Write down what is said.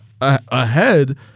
ahead